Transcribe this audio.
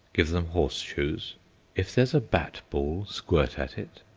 give them horseshoes if there's a bat-ball, squirt at it.